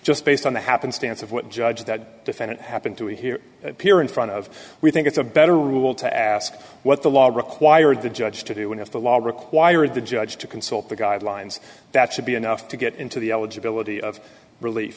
just based on the happenstance of what judge that defendant happened to hear appear in front of we think it's a better rule to ask what the law required the judge to do and if the law required the judge to consult the guidelines that should be enough to get into the eligibility of relief